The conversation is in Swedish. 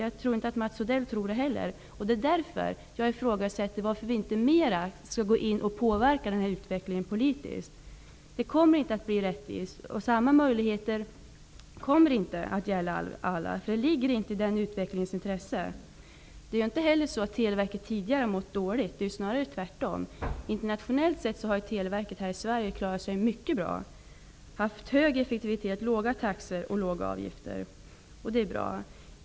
Jag tror inte att Mats Odell gör det heller, därför ifrågasätter jag varför man inte mer skall gå in och påverka denna utveckling politiskt. Det kommer inte att bli rättvist nu, därför att samma möjligheter inte kommer att gälla för alla. Den utvecklingen ligger inte i någons intresse. Televerket har inte mått dåligt tidigare, snarare tvärtom. Internationellt sett har Televerket i Sverige klarat sig mycket bra, med hög effektivitet, låga taxor och låga avgifter, vilket är bra.